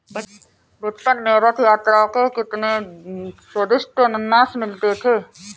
बचपन में रथ यात्रा के दिन कितने स्वदिष्ट अनन्नास मिलते थे